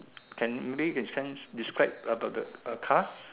can maybe you can sense describe about the uh car